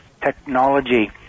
technology